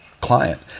client